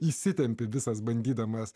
įsitempi visas bandydamas